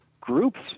groups